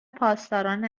پاسداران